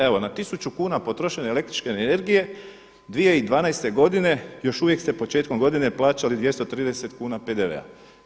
Evo na tisuću kuna potrošene električne energije 2012. godine još uvijek ste početkom godine plaćali 230 kuna PDV-a.